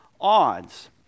odds